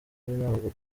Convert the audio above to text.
ntabwo